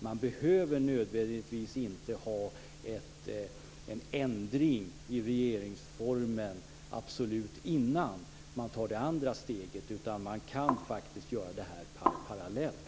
Man behöver nödvändigtvis inte ha en ändring i regeringsformen innan man tar det andra steget, utan man kan faktiskt göra det här parallellt.